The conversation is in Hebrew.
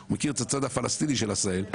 הוא מכיר את הצד הפלסטיני של עשהאל,